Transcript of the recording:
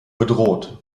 bedroht